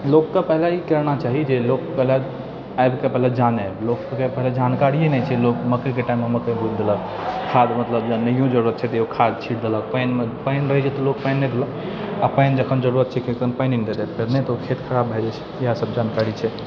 लोककेँ पहले ई करना चाही कि लोक पहले आबिके पहले जानय लोककेँ पहले जानकारिये नहि छै लोक मकै टाइममे मकै रोपि देलक खाद्य मतलब जँ नहिओ जरुरत छै तऽ खाद्य छिट देलक पानिमे पानि रहैत छै तऽ लोक पानि नहि देलक आ पानि जखन जरूरत छै तखन पानि नहि देतै तऽ ओ खेत खराब भए जाइत छै इएह सभ जानकारी छै